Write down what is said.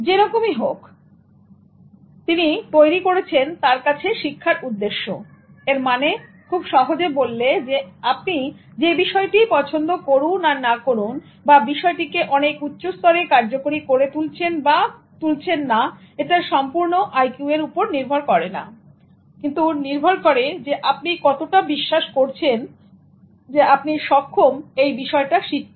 যেরকমই হোক তিনি তৈরী করেছেন তার কাছে শিক্ষার উদ্দ্যেশ্য এর মানে খুব সহজে বললে যে আপনি বিষয়টি পছন্দ করুন আর না করুন বা বিষয়টিকে অনেক উচ্চ স্তরে কার্যকরী করে তুলছেন অথবা করছেন না এটা সম্পূর্ণ আইকিউ এর উপরে নির্ভর করে নাকিন্তু নির্ভর করে আপনি কতটা বিশ্বাস করছেন যে আপনি সক্ষম এই বিষয়টা শিখতে